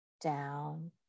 down